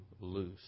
loose